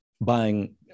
buying